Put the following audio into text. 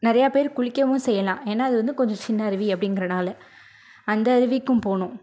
நிறையா பேர் குளிக்கவும் செய்யலாம் ஏன்னால் அது வந்து கொஞ்சம் சின்ன அருவி அப்படிங்குறனால அந்த அருவிக்கும் போனோம்